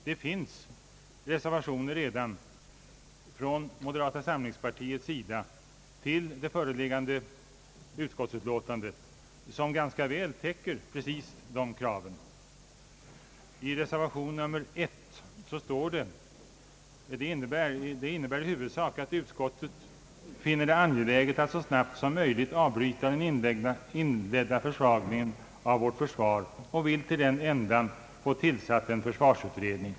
Det finns redan i det föreliggande utskottsutlåtandet reservationer från moderata samlingspartiets sida, som ganska väl täcker just dessa krav. I reservation 1 står: »Av det anförda framgår att utskottet finner det angeläget att så snabbt som möjligt avbryta den inledda försvagningen av vårt försvar.» Reservanterna vill till den änden få tillsatt en försvarsutredning.